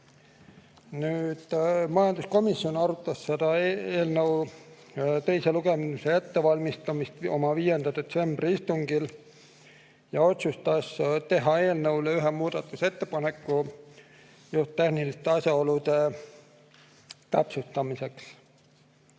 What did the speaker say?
Majanduskomisjon arutas eelnõu teise lugemise ettevalmistamist oma 5. detsembri istungil ja otsustas teha eelnõu kohta ühe muudatusettepaneku just tehniliste asjaolude täpsustamiseks.